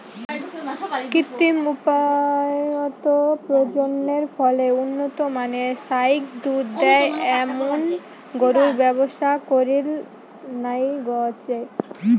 কৃত্রিম উপায়ত প্রজননের ফলে উন্নত মানের ফাইক দুধ দেয় এ্যামুন গরুর ব্যবসা করির নাইগচে